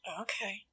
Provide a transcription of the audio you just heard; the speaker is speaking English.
Okay